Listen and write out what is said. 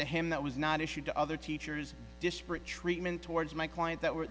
to him that was not issued to other teachers disparate treatment towards my client that were